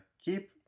Keep